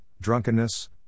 drunkenness